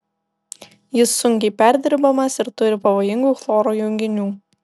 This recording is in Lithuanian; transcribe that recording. jis sunkiai perdirbamas ir turi pavojingų chloro junginių